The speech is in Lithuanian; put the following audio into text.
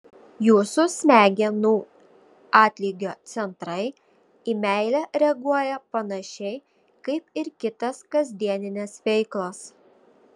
jūsų smegenų atlygio centrai į meilę reaguoja panašiai kaip ir kitas kasdienines veiklas